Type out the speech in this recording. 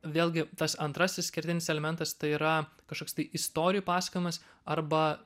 vėlgi tas antrasis kertinis elementas tai yra kažkoks tai istorijų pasakojimas arba